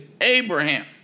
Abraham